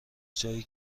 جایی